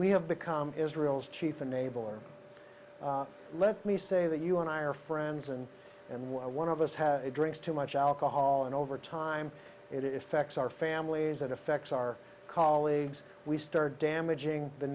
we have become israel's chief enabler let me say that you and i are friends and and one of us have drinks too much alcohol and over time it effects our families that affects our colleagues we start damaging the